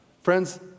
friends